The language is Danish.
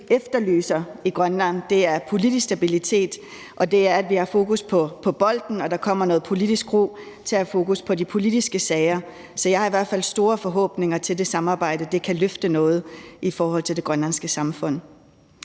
efterlyser i Grønland, er politisk stabilitet, og at vi har fokus på bolden og der kommer noget politisk ro til at have fokus på de politiske sager. Så jeg har i hvert fald store forhåbninger til, at det samarbejde kan løfte noget i forhold til det grønlandske samfund.